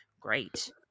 great